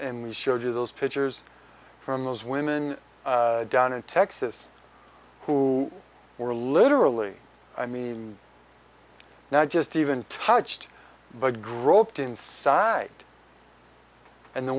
and we showed you those pictures from those women down in texas who were literally i mean not just even touched but groped inside and the